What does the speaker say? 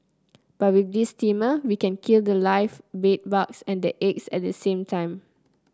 but with this steamer we can kill the live bed bugs and the eggs at the same time